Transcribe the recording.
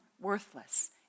worthless